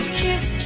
kiss